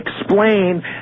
explain